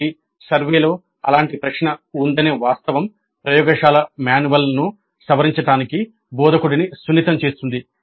కాబట్టి సర్వేలో అలాంటి ప్రశ్న ఉందనే వాస్తవం ప్రయోగశాల మాన్యువల్ను సవరించడానికి బోధకుడిని సున్నితం చేస్తుంది